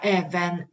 även